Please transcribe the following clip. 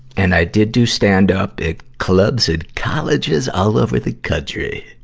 and i did do stand-up at clubs at colleges all over the country.